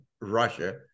Russia